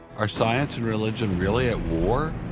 are science and religion really at war?